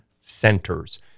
centers